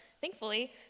Thankfully